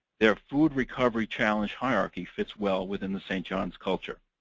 their food recovery challenge hierarchy fits well within the st. john's culture.